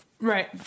Right